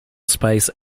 space